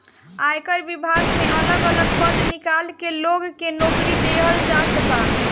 आयकर विभाग में अलग अलग पद निकाल के लोग के नोकरी देहल जात बा